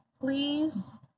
Please